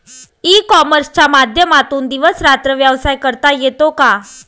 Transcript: E कॉमर्सच्या माध्यमातून दिवस रात्र व्यवसाय करता येतो का?